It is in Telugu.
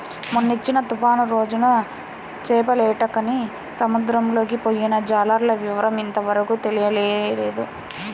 మొన్నొచ్చిన తుఫాను రోజున చేపలేటకని సముద్రంలోకి పొయ్యిన జాలర్ల వివరం ఇంతవరకు తెలియనేలేదు